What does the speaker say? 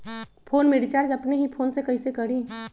Phone में recharge अपने ही फ़ोन से कईसे करी?